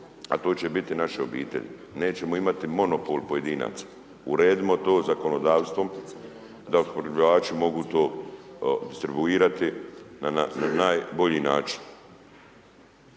a to će biti naše obitelji, nećemo imati monopol pojedinaca. Uredimo to zakonodavstvom, da opskrbljivači mogu to distribuirati na najbolji način.